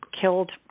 Killed